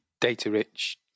Data-rich